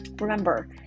Remember